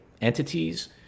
entities